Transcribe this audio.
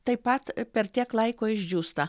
taip pat per tiek laiko išdžiūsta